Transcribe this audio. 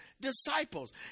disciples